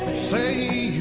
see